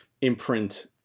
imprint